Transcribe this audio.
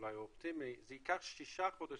אולי אופטימיים, זה ייקח שישה חודשים